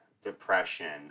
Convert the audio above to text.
depression